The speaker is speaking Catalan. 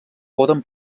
poden